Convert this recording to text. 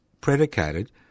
predicated